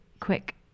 quick